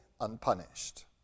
unpunished